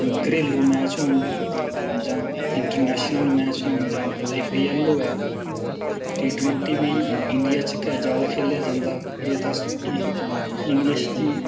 घरेलू मैच होन जां इंटरनेशनल मैच होन जां आई पी एल होऐ टी ट्वेंटी बी इंडिया च गै जादै खे'ल्लेआ जंदा एह् तां इंग्लिश दी